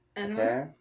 okay